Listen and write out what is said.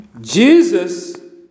Jesus